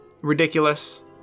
ridiculous